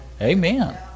amen